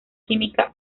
química